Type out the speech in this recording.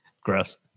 Gross